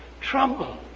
trouble